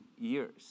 years